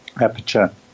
aperture